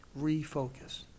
refocus